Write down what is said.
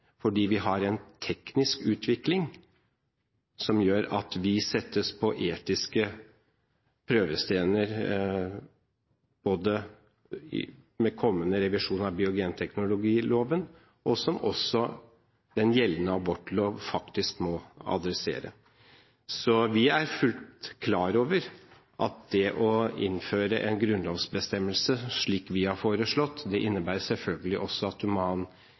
fordi vi har en teknisk utvikling som gjør at vi settes på etiske prøver f.eks. med kommende revisjon av bioteknologiloven, som også den gjeldende abortlov faktisk må adressere. Vi er fullt klar over at det å innføre en grunnlovsbestemmelse, slik vi har foreslått, selvfølgelig også innebærer at man